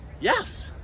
Yes